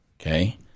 Okay